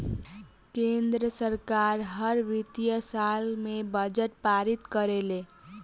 केंद्र सरकार हर वित्तीय साल में बजट पारित करेले